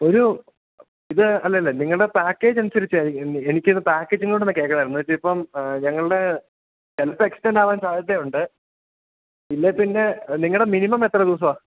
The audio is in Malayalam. ഒരു ഇത് അല്ലല്ല നിങ്ങളുടെ പാക്കേജ് അനുസരിച്ച് എനിക്കൊരു പാക്കേജും കൂടെയൊന്ന് കേള്ക്കണമായിരുന്നു എന്നുവെച്ചാല് ഇപ്പം ഞങ്ങളുടെ ചിലപ്പം എക്സ്റ്റൻഡാകാൻ സാധ്യതയുണ്ട് ഇല്ലെങ്കില് പിന്നെ നിങ്ങളുടെ മിനിമം എത്ര ദിവസമാണ്